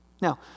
Now